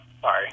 Sorry